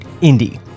Indy